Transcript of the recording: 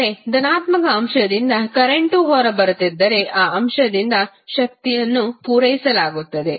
ಆದರೆ ಧನಾತ್ಮಕ ಅಂಶದಿಂದ ಕರೆಂಟ್ವು ಹೊರಬರುತ್ತಿದ್ದರೆ ಆ ಅಂಶದಿಂದ ಶಕ್ತಿಯನ್ನು ಪೂರೈಸಲಾಗುತ್ತಿದೆ